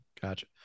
Gotcha